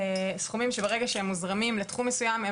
סכומים שברגע שהם מוזרמים לתחום מסוים,